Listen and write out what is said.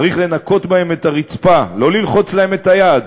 צריך לנקות בהם את הרצפה, לא ללחוץ להם את היד.